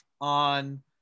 on